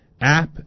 app